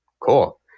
Cool